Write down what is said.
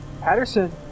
Patterson